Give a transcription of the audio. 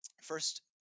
First